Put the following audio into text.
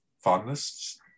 fondness